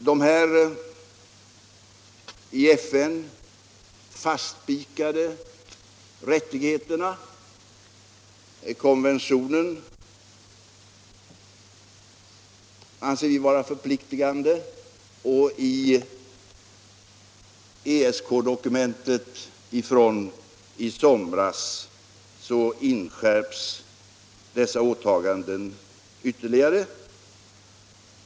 De i FN-konventionen fastslagna rättigheterna anser vi vara förpliktigande. I ESK-dokumentet från i somras inskärps dessa åtaganden ytterligare.